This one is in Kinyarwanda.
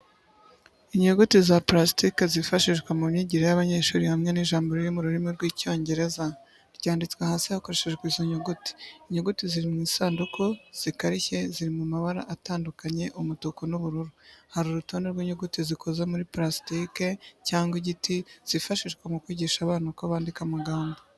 Inyuguti za purasitiki zifashishwa mu myigire yabanyeshuri hamwe n’ijambo riri mu rurimi rw'icyongereza ryanditswe hasi hakoreshejwe izo nyuguti. Inyuguti ziri mu isanduku zikarishye ziri mu mabara atandukanye umutuku n'ubururu. Hari urutonde rw’inyuguti zikoze muri purasitiki cyangwa igiti, zifashishwa mu kwigisha abana uko bandika amagambo.